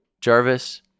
Jarvis